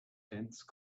dense